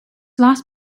last